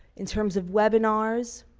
in terms of webinars